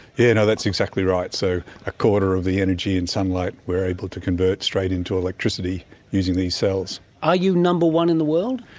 that's exactly right, so a quarter of the energy in sunlight we're able to convert straight into electricity using these cells. are you number one in the world?